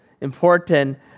important